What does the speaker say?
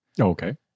okay